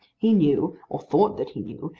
he knew, or thought that he knew,